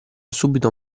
subito